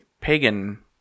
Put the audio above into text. pagan